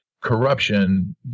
corruption